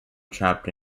trapped